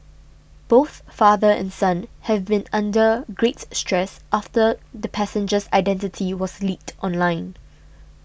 both father and son have been under great stress after the passenger's identity was leaked online